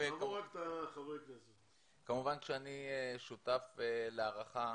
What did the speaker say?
כמובן שאני שותף להערכה